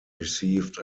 received